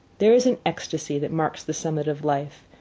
there is an ecstasy that marks the summit of life,